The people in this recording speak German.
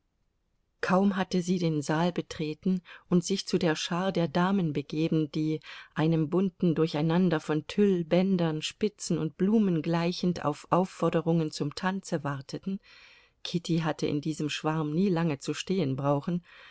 kaum hatte sie den saal betreten und sich zu der schar der damen begeben die einem bunten durcheinander von tüll bändern spitzen und blumen gleichend auf aufforderungen zum tanze warteten kitty hatte in diesem schwarm nie lange zu